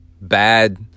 bad